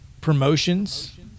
promotions